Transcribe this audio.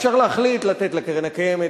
אפשר להחליט לתת לקרן הקיימת,